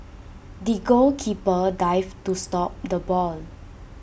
the goalkeeper dived to stop the ball